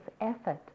effort